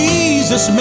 Jesus